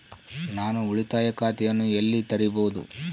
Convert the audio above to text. ನಾನು ಉಳಿತಾಯ ಖಾತೆಯನ್ನು ಎಲ್ಲಿ ತೆರೆಯಬಹುದು?